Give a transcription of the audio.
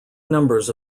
numbers